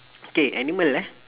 okay animal ah